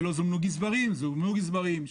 שלא זומנו גזברים אז זומנו גזברים,